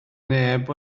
neb